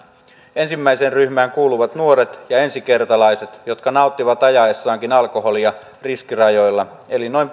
ensimmäiseen ryhmään kuuluvat nuoret ja ensikertalaiset jotka nauttivat ajaessaankin alkoholia riskirajoilla eli noin